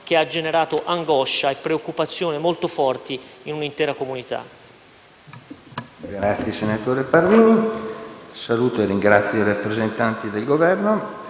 che ha generato angoscia e preoccupazione molto forti in un'intera comunità.